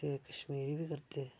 ते कश्मीरी बी करदे